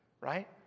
Right